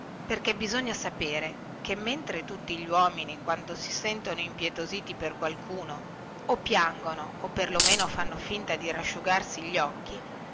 perché bisogna sapere che mentre tutti gli uomini quando si sentono impietositi per qualcuno o piangono o per lo meno fanno finta di rasciugarsi gli occhi